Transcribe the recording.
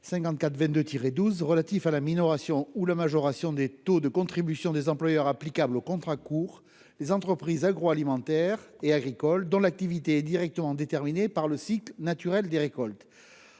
travail, relatif à la minoration ou à la majoration des taux de contributions des employeurs applicables aux contrats courts, les entreprises agricoles et agroalimentaires dont l'activité est directement déterminée par le cycle naturel des récoltes.